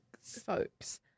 Folks